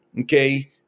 okay